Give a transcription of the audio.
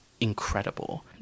incredible